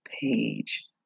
page